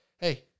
hey